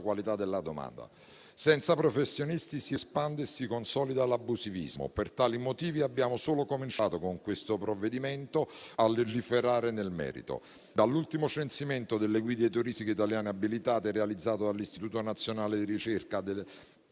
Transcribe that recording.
grazie a tutti